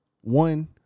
One